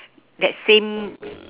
that same